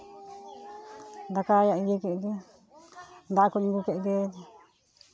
ᱫᱟᱠᱟ ᱤᱭᱟᱹ ᱠᱮᱫ ᱜᱮ ᱫᱟᱜ ᱠᱩᱧ ᱟᱹᱜᱩ ᱠᱮᱫ ᱜᱮ